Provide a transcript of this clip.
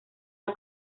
del